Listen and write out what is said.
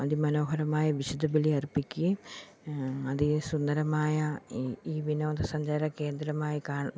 അതി മനോഹരമായ വിശുദ്ധബലി അർപ്പിക്കുകയും അതി സുന്ദരമായ ഈ ഈ വിനോദസഞ്ചാര കേന്ദ്രമായി കാണാ